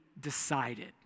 decided